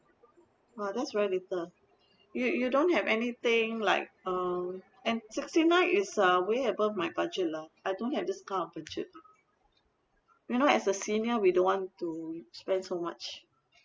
!wah! that's very little you you don't have anything like uh and sixty nine is uh way above my budget lah I don't have this kind of budget you know as a senior we don't want to spend so much